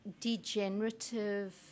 degenerative